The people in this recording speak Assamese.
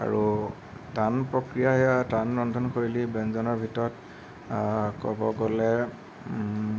আৰু টান প্ৰক্ৰিয়া য়া টান ৰন্ধনশৈলী ব্যঞ্জনৰ ভিতৰত ক'ব গ'লে